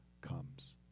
comes